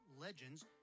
Legends